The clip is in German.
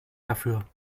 dafür